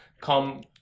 come